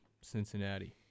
Cincinnati